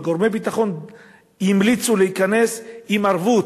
אבל גורמי ביטחון המליצו להיכנס עם ערבות.